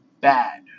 bad